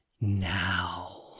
now